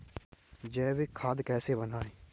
जैविक खाद कैसे बनाएँ?